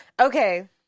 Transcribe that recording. Okay